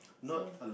so